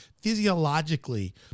physiologically